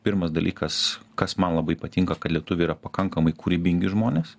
pirmas dalykas kas man labai patinka kad lietuviai yra pakankamai kūrybingi žmonės